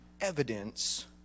evidence